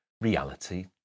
reality